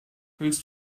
willst